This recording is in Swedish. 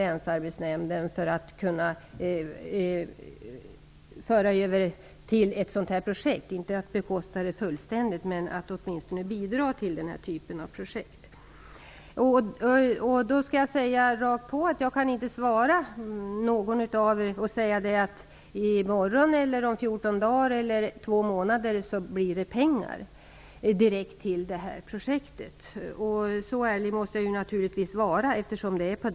Länsarbetsnämnden som skulle kunna föras över till ett sådant här projekt. Man skall inte helt bekosta det, men man kan åtminstone bidra till den här typen av projekt. Jag skall gå rakt på sak och tala om att jag inte kan svara någon av er genom att säga att det kommer pengar direkt till det här projektet i morgon, om 14 dagar eller om två månader. Så ärlig måste jag naturligtvis vara, eftersom det är så.